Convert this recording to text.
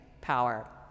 power